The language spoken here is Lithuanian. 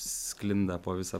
sklinda po visą